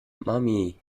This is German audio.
mami